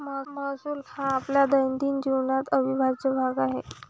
महसूल हा आपल्या दैनंदिन जीवनाचा अविभाज्य भाग आहे